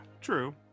True